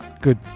Good